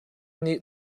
nih